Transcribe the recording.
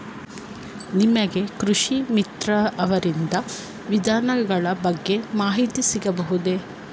ನಮಗೆ ಕೃಷಿ ಮಿತ್ರ ಅವರಿಂದ ವಿಧಾನಗಳ ಬಗ್ಗೆ ಮಾಹಿತಿ ಸಿಗಬಹುದೇ?